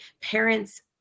parents